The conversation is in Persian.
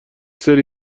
سری